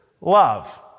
love